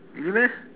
really meh